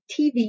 TV